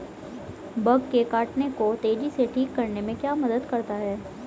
Bug के काटने को तेजी से ठीक करने में क्या मदद करता है?